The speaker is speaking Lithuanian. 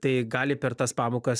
tai gali per tas pamokas